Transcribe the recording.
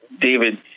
David